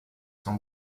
son